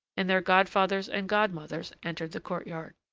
and their godfathers and godmothers, entered the court-yard.